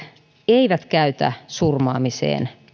eivät käytä surmaamiseen